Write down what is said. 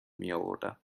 میاوردم